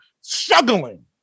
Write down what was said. struggling